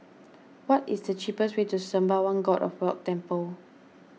what is the cheapest way to Sembawang God of Wealth Temple